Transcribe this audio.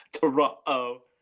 Toronto